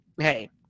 hey